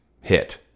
hit